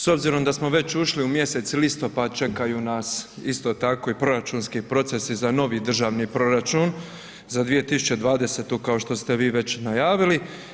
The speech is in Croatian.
S obzirom da smo već ušli u mjesec listopad čekaju nas isto tako i proračunski procesi za novi državni proračun za 2020. kao što ste vi već najavili.